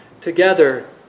together